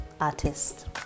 artist